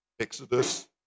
Exodus